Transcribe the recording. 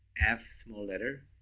f small letter,